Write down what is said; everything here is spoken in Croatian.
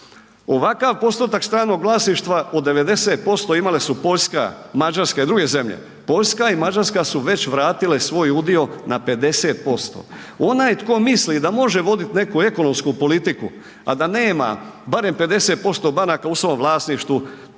Ovakav postotak stranog vlasništva od 90% imale su Poljska, Mađarska i druge zemlje. Poljska i Mađarska su već vratile svoj udio na 50%, onaj tko misli da može voditi neku ekonomsku politiku, a da nema barem 50% banaka u svom vlasništvu